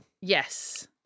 Yes